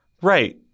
Right